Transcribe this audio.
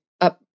up